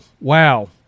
wow